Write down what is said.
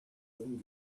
young